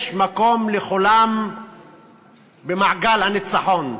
יש מקום לכולם במעגל הניצחון.